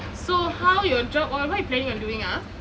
so how your job all what you planning on doing ah